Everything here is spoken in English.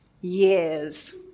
years